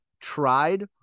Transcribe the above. tried